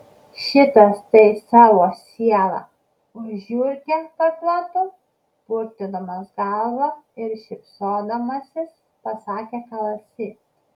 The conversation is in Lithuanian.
šitas tai savo sielą už žiurkę parduotų purtydamas galvą ir šypsodamasis pasakė kalasi